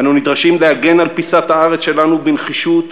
אנו נדרשים להגן על פיסת הארץ שלנו בנחישות,